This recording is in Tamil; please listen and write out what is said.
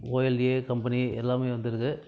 ஓஎல்ஏ கம்பெனி எல்லாமே வந்துருது